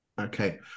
okay